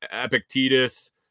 Epictetus